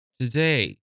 Today